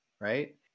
right